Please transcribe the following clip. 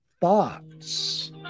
thoughts